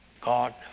God